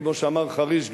כמו שאמר חריש,